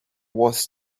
was